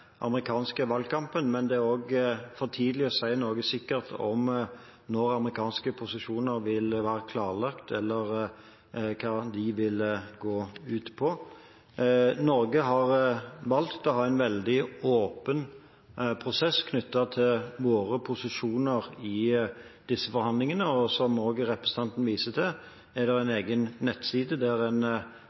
amerikanske valgkampen, men det er også for tidlig å si noe sikkert om når amerikanske posisjoner vil være klarlagt, eller hva de vil gå ut på. Norge har valgt å ha en veldig åpen prosess knyttet til våre posisjoner i disse forhandlingene, og som også representanten viser til, er det en egen nettside der en